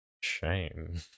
shame